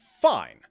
Fine